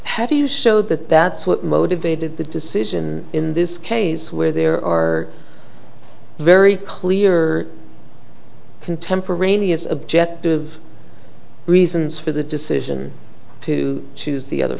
how do you so that that's what motivated the decision in this case where there are very clear contemporaneous objective reasons for the decision to choose the other